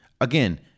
Again